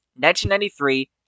1993